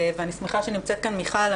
אני שמחה שנמצאת כאן מיכל.